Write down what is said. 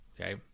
Okay